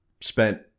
spent